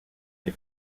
des